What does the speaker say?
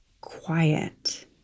quiet